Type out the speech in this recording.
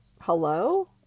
Hello